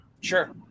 Sure